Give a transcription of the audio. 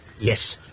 Yes